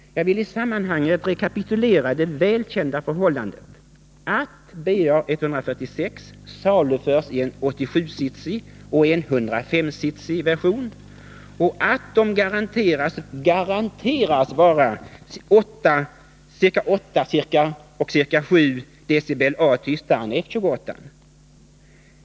Jag vill i sammanhanget rekapitulera de välkända förhållandena att BAe 146 saluförs i en 87-sitsig och en 105-sitsig version och att de garanteras vara ca 8 resp. ca 7 dBA tystare än F-28.